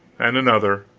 and another,